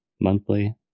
monthly